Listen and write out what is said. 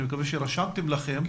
אני מקווה שרשמתם לכם.